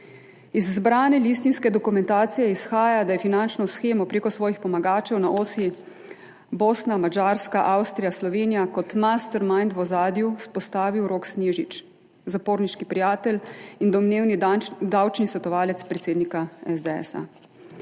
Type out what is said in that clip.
Iz zbrane listinske dokumentacije izhaja, da je finančno shemo prek svojih pomagačev na osi Bosna, Madžarska, Avstrija, Slovenija kot mastermind v ozadju vzpostavil Rok Snežič, zaporniški prijatelj in domnevni davčni svetovalec predsednika SDS.